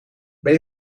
ben